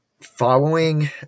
following